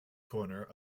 corner